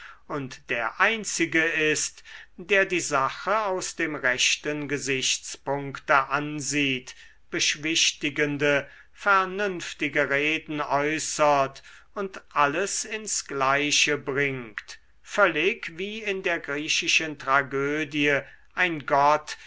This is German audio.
und der einzige ist der die sache aus dem rechten gesichtspunkte ansieht beschwichtigende vernünftige reden äußert und alles ins gleiche bringt völlig wie in der griechischen tragödie ein gott